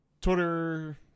Twitter